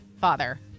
Father